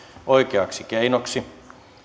oikeaksi keinoksi